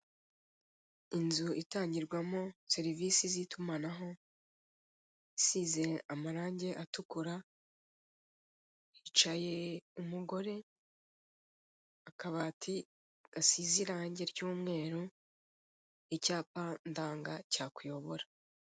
Inzu itangirwamo serivise z'itumanaho isize amarange atukura, hicaye umugore, akabati gasize irange ry'umweru icyapa ndanga cyakuyobora.